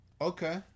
Okay